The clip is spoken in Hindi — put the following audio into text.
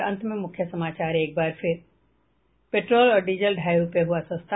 और अब अंत में मुख्य समाचार पेट्रोल और डीजल ढ़ाई रूपये हुआ सस्ता